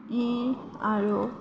ই আৰু